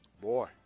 boy